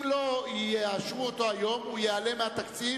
אם לא יאשרו אותו היום הוא ייעלם מהתקציב